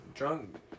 Drunk